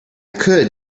could